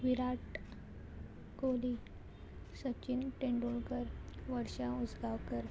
Virat Kohli Sachin Tendulkar Varsha Ujgaonkar